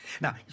Now